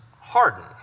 harden